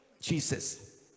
Jesus